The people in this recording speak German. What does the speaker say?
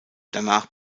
danach